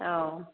औ